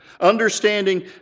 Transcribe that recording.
Understanding